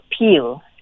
appeal